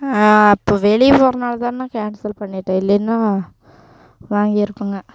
அப்போது வெளியே போகிறனாலதாண்ணா கேன்சல் பண்ணிட்டேன் இல்லைன்னா வாங்கியிருப்பங்க